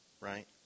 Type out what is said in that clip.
right